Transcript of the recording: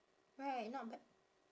right not bad